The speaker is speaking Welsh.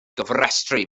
gofrestru